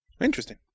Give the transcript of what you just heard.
Interesting